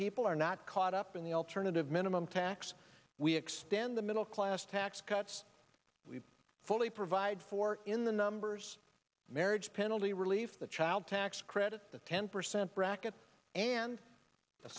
people are not caught up in the alternative minimum tax we extend the middle class tax cuts we fully provide for in the numbers marriage penalty relief the child tax credit the ten percent bracket and